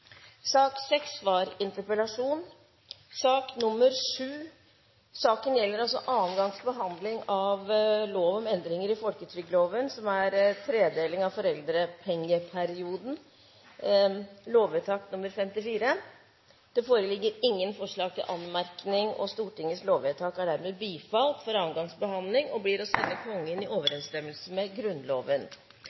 sak nr. 6 foreligger det ikke noe voteringstema. Når det gjelder sakene nr.7–8, er de andre gangs behandling av lovsaker. Det foreligger ingen forslag til anmerkning til noen av sakene. Stortingets lovvedtak er dermed bifalt ved andre gangs behandling og blir å sende Kongen i overensstemmelse med Grunnloven.